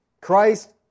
Christ